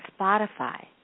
Spotify